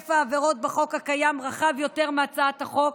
היקף העבירות בחוק הקיים רחב יותר מהצעות החוק,